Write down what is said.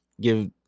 give